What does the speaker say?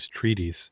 treaties